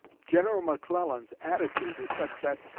general mcclellan's attitude is such that,